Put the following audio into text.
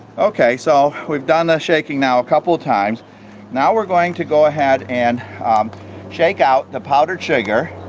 okay, so we've done the shaking now a couple of times now we're going to go ahead and shake out the powder sugar,